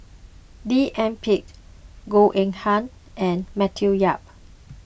D N Pritt Goh Eng Han and Matthew Yap